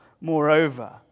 Moreover